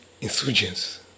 insurgents